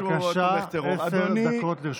בבקשה, עשר דקות לרשותך.